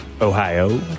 Ohio